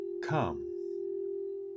come